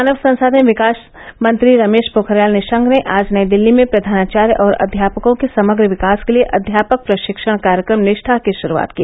मानव संसाधन विकास मंत्री रमेश पोखरियाल निशंक ने आज नई दिल्ली में प्रधानाचार्य और अध्यापकों के समग्र विकास के लिए अध्यापक प्रशिक्षण कार्यक्रम निष्ठा की शुरूआत की